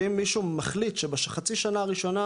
שאם מישהו מחליט שבחצי שנה הראשונה,